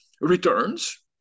returns